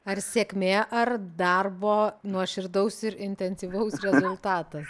ar sėkmė ar darbo nuoširdaus ir intensyvaus rezultatas